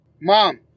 Mom